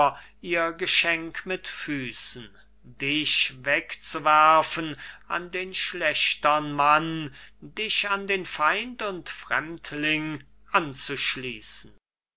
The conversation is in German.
ihr geschenk mit füßen dich wegzuwerfen an den schlechtern mann dich an den feind und fremdling anzuschließen